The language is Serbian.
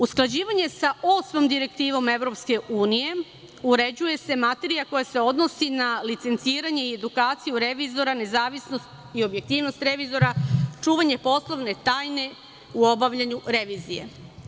Usklađivanja sa osmom direktivom EU uređuje se materija koja se odnosi na licenciranje i edukaciju revizora, nezavisnost i objektivnost revizora, čuvanje poslovne tajne u obavljanju revizije.